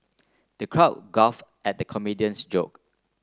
the crowd guffaw at the comedian's joke